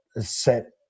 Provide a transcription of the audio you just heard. set